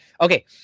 Okay